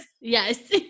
Yes